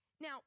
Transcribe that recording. Now